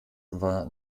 war